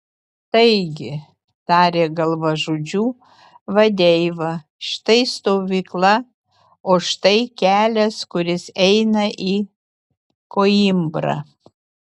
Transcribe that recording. taigi tarė galvažudžių vadeiva štai stovykla o štai kelias kuris eina į koimbrą